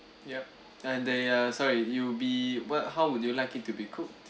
ya and they ah sorry you be what how would you like it to be cooked